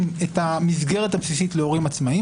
את המסגרת הבסיסית להורים עצמאיים?